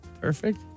Perfect